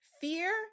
fear